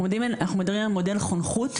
אנחנו מדברים על מודל חונכות,